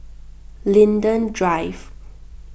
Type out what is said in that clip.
Linden Drive